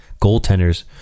goaltenders